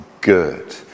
good